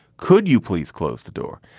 could you please close the door?